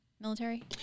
military